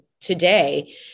today